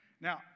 now